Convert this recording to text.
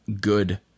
good